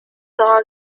dog